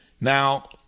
Now